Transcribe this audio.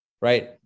Right